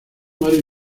mary